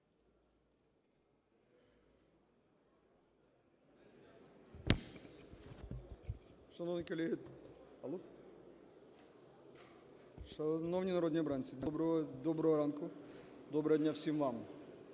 доброго ранку, доброго дня всім вам.